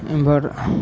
उमहर